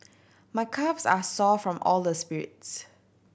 my calves are sore from all the spirits